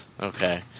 Okay